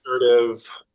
assertive